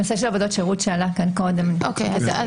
אני רק